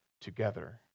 together